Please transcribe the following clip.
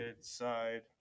side